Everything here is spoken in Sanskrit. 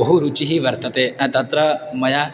बहु रुचिः वर्तते तत्र मया